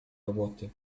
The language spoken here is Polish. roboty